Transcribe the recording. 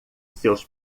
seus